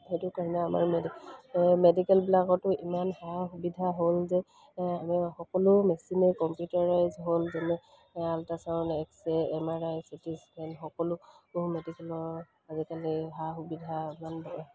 সেইটো কাৰণে আমাৰ মেডিকেলবিলাকতো ইমান সা সুবিধা হ'ল যে আমি সকলো মেচিনে কম্পিউটাৰাইজড হ'ল যেনে ultrasound X-ray M R I C T scan সকলো মেডিকেলৰ আজিকালি সা সুবিধা ইমান